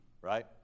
right